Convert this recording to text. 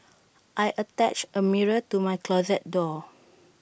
I attached A mirror to my closet door